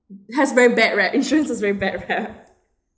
has very bad rep insurance is very bad rep